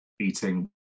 eating